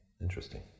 interesting